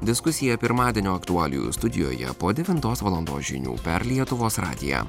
diskusija pirmadienio aktualijų studijoje po devintos valandos žinių per lietuvos radiją